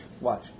Watch